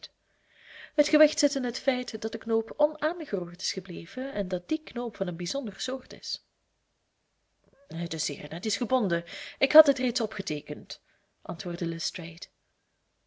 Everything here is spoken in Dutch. het gewicht zit in het feit dat de knoop onaangeroerd is gebleven en dat die knoop van een bijzonder soort is het is zeer netjes gebonden ik had dit reeds opgeteekend antwoordde lestrade